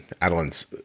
Adeline's